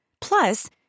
Plus